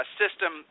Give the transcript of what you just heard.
system